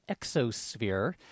exosphere